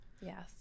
Yes